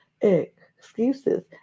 excuses